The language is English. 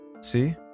See